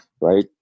right